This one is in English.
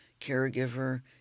caregiver